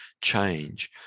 change